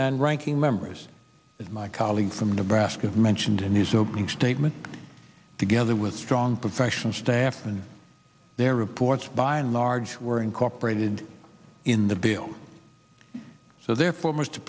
and ranking memories that my colleague from nebraska have mentioned in his opening statement together with strong professional staff and their reports by and large were incorporated in the bill so therefore most